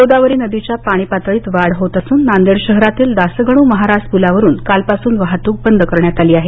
गोदावरी नदीच्या पाणी पातळीत वाढ होत असून नांदेड शहरातील दासगणू महाराज पुलावरून काल पासून वाहतूक बंद करण्यात आली आहे